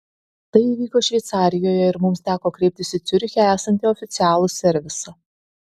tai įvyko šveicarijoje ir mums teko kreiptis į ciuriche esantį oficialų servisą